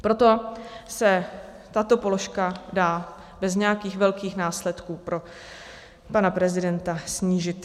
Proto se tato položka dá bez nějakých velkých následků pro pana prezidenta snížit.